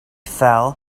fell